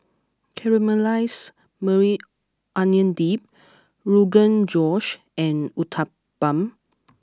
Caramelized Maui Onion Dip Rogan Josh and Uthapam